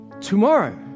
tomorrow